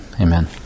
Amen